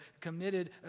committed